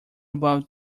about